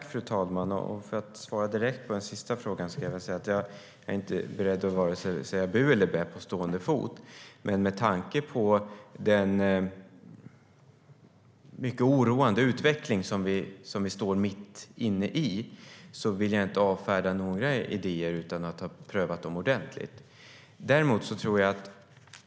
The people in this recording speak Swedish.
Fru talman! För att svara på den sista frågan först vill jag säga att jag inte är beredd att på stående fot säga vare sig bu eller bä, men med tanke på den mycket oroande utveckling som vi är mitt inne i vill jag inte avfärda några idéer utan att ha prövat dem ordentligt.